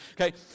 okay